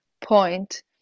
point